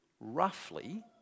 roughly